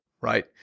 right